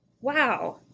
wow